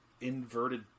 inverted